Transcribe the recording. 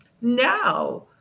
No